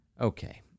Okay